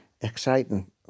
exciting